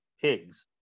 pigs